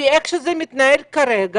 כי איך שזה מתנהל כרגע,